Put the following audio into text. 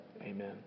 Amen